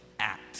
act